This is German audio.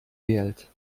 wählt